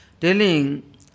Telling